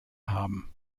haben